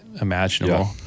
imaginable